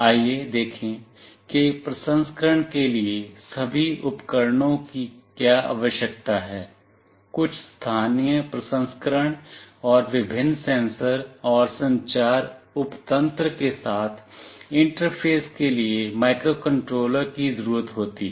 आइए देखें कि प्रसंस्करण के लिए सभी उपकरणों की क्या आवश्यकता है कुछ स्थानीय प्रसंस्करण और विभिन्न सेंसर और संचार उपतंत्र के साथ इंटरफेस के लिए माइक्रोकंट्रोलर की जरुरत होती है